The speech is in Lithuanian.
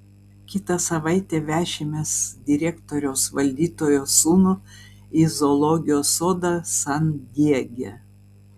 kitą savaitę vešimės direktoriaus valdytojo sūnų į zoologijos sodą san diege